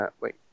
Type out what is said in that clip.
Wait